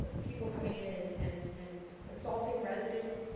people coming in and and and assualting residents.